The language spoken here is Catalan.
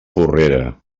porrera